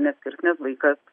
neskirs nes vaikas